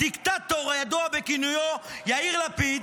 הדיקטטור הידוע בכינויו יאיר לפיד,